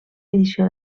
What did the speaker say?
edició